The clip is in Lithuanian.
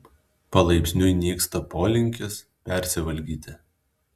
palaipsniui nyksta polinkis persivalgyti